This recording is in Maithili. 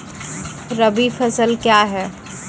रबी फसल क्या हैं?